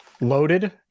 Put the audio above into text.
loaded